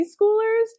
schoolers